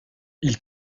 ils